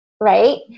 right